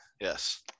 Yes